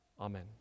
Amen